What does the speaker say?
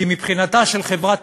כי מבחינתה של חברת